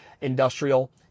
industrial